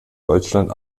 deutschland